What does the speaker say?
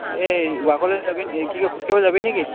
এই ৱাকলৈ যাবি নি এই কি কয় কি খোজকাঢ়িবলৈ যাবি নে কি